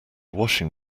washing